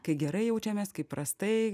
kai gerai jaučiamės kai prastai